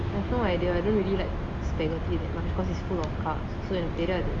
I have no idea I don't like spaghetti that much cause it's full of carbs so teriyathu ennaku romba pidikum lah